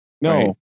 No